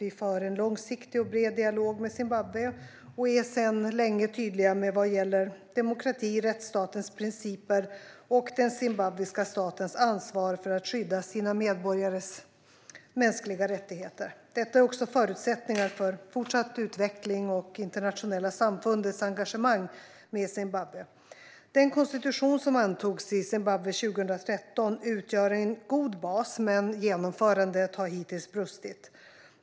Vi för en långsiktig och bred dialog med Zimbabwe och är sedan länge tydliga vad gäller demokrati, rättsstatens principer och den zimbabwiska statens ansvar för att skydda sina medborgares mänskliga rättigheter. Detta är också förutsättningar för fortsatt utveckling och det internationella samfundets engagemang med Zimbabwe. Den konstitution som antogs i Zimbabwe 2013 utgör en god bas, men genomförandet har hittills brustit.